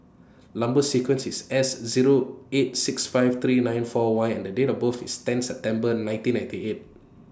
Number sequence IS S Zero eight six five three nine four Y and Date of birth IS ten September nineteen ninety eight